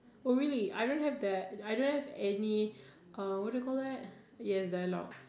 oh really I don't have that I don't have any uh what you call that yes dialogue